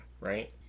right